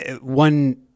one